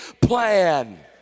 plan